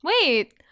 Wait